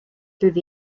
through